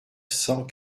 cent